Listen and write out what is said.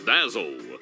Dazzle